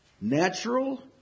Natural